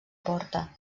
porta